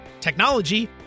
technology